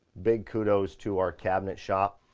big kudos to our cabinet shop.